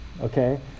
okay